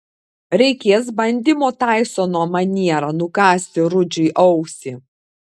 reikės bandymo taisono maniera nukąsti rudžiui ausį